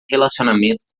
relacionamento